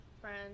friends